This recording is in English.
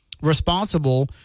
responsible